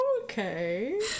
Okay